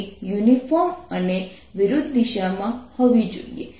rsinθω છે જે ખરેખર પહેલા જેવો જ જવાબ છે